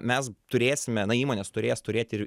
mes turėsime na įmonės turės turėt ir